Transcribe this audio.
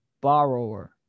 borrower